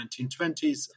1920s